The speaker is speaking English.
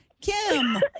Kim